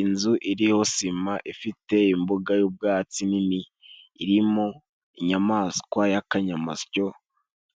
inzu iriho sima ifite imbuga y'ubwatsi nini. Irimo inyamaswa y'akanyamasyo